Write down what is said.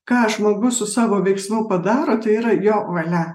ką žmogus su savo veiksmu padaro tai yra jo valia